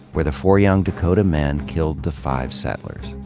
where the four young dakota men killed the five settlers.